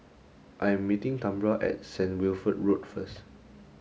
I am meeting Tambra at St Wilfred Road first